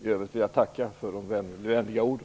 I övrigt vill jag tacka för de vänliga orden.